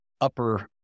upper